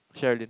Sheralyn